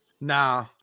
Nah